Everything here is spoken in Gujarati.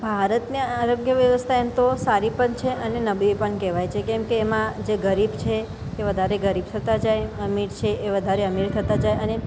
ભારતને આરોગ્ય વ્યવસ્થા એમ તો સારી પણ છે અને નબળી પણ કહેવાય છે કેમ કે એમાં જે ગરીબ છે એ વધારે ગરીબ થતા જાય અમીર છે એ વધારે અમીર થતા જાય અને